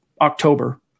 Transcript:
October